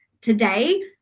today